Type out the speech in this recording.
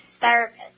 therapist